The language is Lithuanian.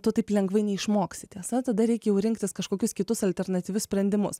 tu taip lengvai neišmoksi tiesa tada reikia jau rinktis kažkokius kitus alternatyvius sprendimus